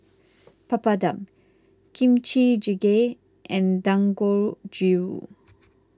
Papadum Kimchi Jjigae and Dangojiru